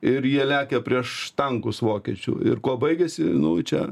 ir jie lekia prieš tankus vokiečių ir kuo baigėsi nu čia